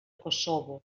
kosovo